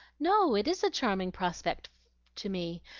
no it is a charming prospect to me,